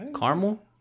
caramel